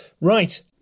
right